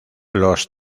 los